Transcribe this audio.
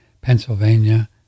Pennsylvania